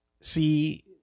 See